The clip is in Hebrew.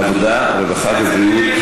עבודה, רווחה ובריאות.